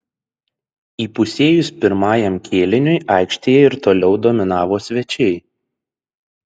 įpusėjus pirmajam kėliniui aikštėje ir toliau dominavo svečiai